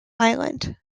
island